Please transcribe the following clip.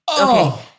Okay